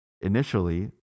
initially